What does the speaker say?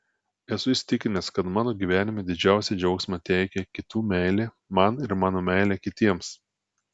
esu įsitikinęs kad mano gyvenime didžiausią džiaugsmą teikia kitų meilė man ir mano meilė kitiems